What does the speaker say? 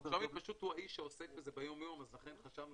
שלומי הוא האיש שעוסק בזה ביום יום אז לכן חשבנו